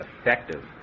effective